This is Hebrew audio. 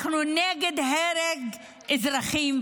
אנחנו נגד הרג אזרחים,